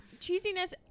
cheesiness